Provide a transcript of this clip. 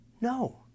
No